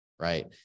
right